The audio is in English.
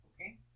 Okay